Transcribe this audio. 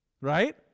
right